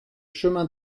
chemin